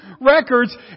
records